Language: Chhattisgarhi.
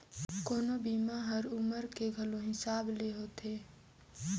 कोनो बीमा हर उमर के घलो हिसाब ले होथे